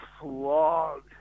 flogged